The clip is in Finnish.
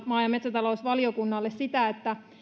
maa ja metsätalousvaliokunnalle siitä että